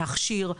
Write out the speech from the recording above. להכשיר,